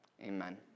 amen